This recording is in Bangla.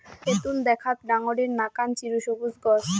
তেতুল দ্যাখ্যাত ডাঙরের নাকান চিরসবুজ গছ